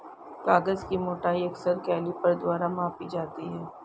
कागज की मोटाई अक्सर कैलीपर द्वारा मापी जाती है